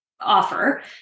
offer